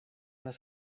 las